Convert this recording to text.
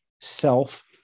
self